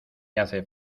hace